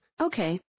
Okay